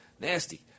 Nasty